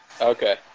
okay